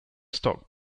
stock